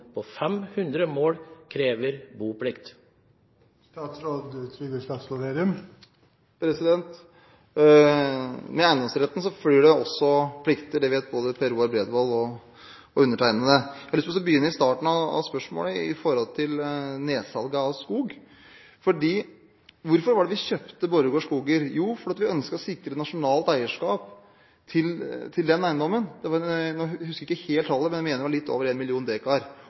på 500 mål krever boplikt? Med eiendomsretten følger også plikter, det vet både Per Roar Bredvold og jeg. Jeg vil begynne med starten av spørsmålet, om nedsalget av skog. Hvorfor kjøpte vi Borregaard Skoger? Jo, vi ønsket å sikre nasjonalt eierskap til den eiendommen. Jeg husker ikke helt tallet, men jeg mener det var litt over 1 million